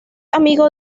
amigo